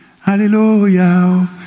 Hallelujah